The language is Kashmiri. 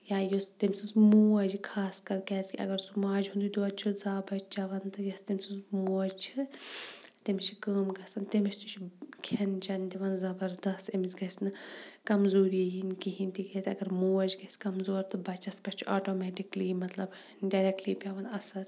یا یُس تمۍ سٕنٛز موج خاص کَر کیازِکہِ اَگَر سُہ ماجہِ ہُنٛدی دۄد چھُ زا بَچہِ چَیٚوان تہٕ یۄس تمۍ سٕنٛز موج چھِ تٔمِس چھِ کٲم گَژھَن تٔمِس تہِ چھ کھیٚن چیٚن دِوان زَبَردَست أمس گژھِ نہٕ کَمزوٗری یِن کِہیٖنۍ تکیازِ اَگَر موج گَژھِ کَمزور تہٕ بَچَس پٮ۪ٹھ چھُ آٹومیٚٹِکلٔی مَطلَب ڈایریٚکلی پیٚوان اَثَر